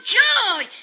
joy